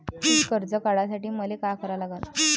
पिक कर्ज काढासाठी मले का करा लागन?